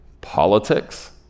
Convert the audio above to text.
politics